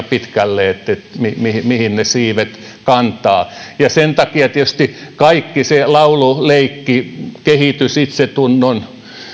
pitkälle mihin ne siivet kantavat ja sen takia tietysti kaikki se laulu leikki kehitys itsetunnon